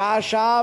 שעה-שעה,